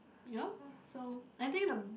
ya so I think the